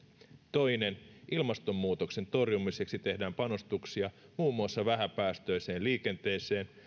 toinen ilmastonmuutoksen torjumiseksi tehdään panostuksia muun muassa vähäpäästöiseen liikenteeseen